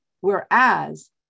Whereas